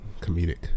comedic